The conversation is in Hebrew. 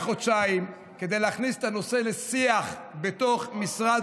חודשיים כדי להכניס את הנושא לשיח בתוך משרד,